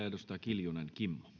edustaja kiljunen kimmo